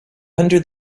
under